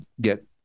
get